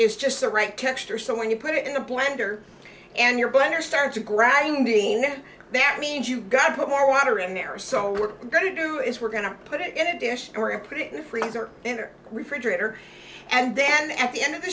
is just the right texture so when you put it in a blender and you're blender started grabbing me that means you've got to put more water in there so we're going to do is we're going to put it in a dish or and put it in the freezer in the refrigerator and then at the end of the